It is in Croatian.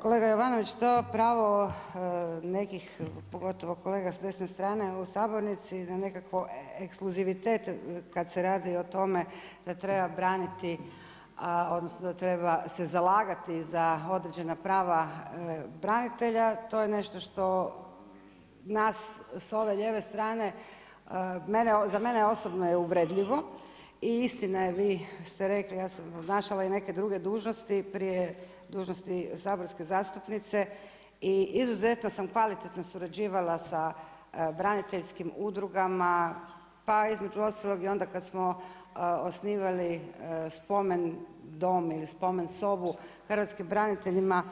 Kolega Jovanović, to pravo nekih, pogotovo kolega s desne strane u sabornici, na nekakav ekskluzivitet kad se radi o tome da treba braniti odnosno da treba se zalagati za određena prava branitelja, to je nešto što nas s ove lijeve strane, za mene osobno je uvredljivo i istina je, vi ste rekli, ja sam obnašala i neke dužnosti prije dužnosti saborske zastupnice i izuzetno sam kvalitetno surađivala sa braniteljskim udrugama pa između ostalog i onda kad smo osnivali spomen dom ili spomen sobu hrvatskih branitelja